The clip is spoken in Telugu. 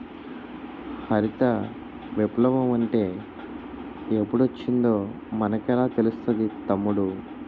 హరిత విప్లవ మంటే ఎప్పుడొచ్చిందో మనకెలా తెలుస్తాది తమ్ముడూ?